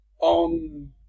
on